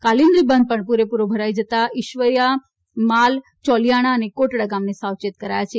કાલીન્દ્રી બંધ પણ પૂરેપૂરો ભરાઇ જતા ઇશ્વરીયા માલ ચોલીયાણા અને કોટડા ગામને સાવચેત કરાયા છે